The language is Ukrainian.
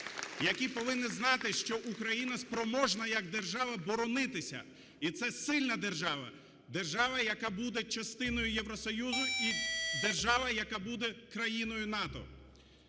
які повинні знати, що Україна спроможна як держава боронитися. І це сильна держава, держава, яка буде частиною Євросоюзу і держава, яка буде країною НАТО.